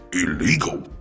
Illegal